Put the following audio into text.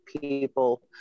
people